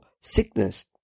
sickness